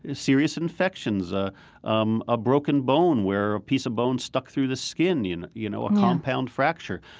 ah serious infections, ah um a broken bone where a piece of bone stuck through the skin, you know, you know a compound fracture.